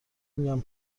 میگن